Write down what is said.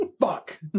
fuck